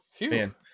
Man